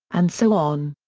and so on.